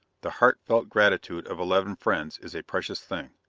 the heart-felt gratitude of eleven friends is a precious thing.